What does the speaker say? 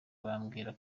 bambwira